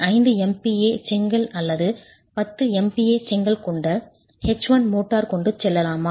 5 MPa செங்கல் அல்லது 10 MPa செங்கல் கொண்டு H1 மோட்டார் கொண்டு செல்லலாமா